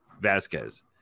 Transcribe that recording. Vasquez